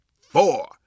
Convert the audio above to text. four